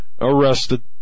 arrested